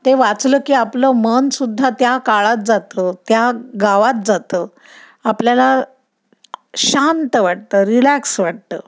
ते वाचलं की आपलं मनसुद्धा त्या काळात जातं त्या गावात जातं आपल्याला शांत वाटतं रिलॅक्स वाटतं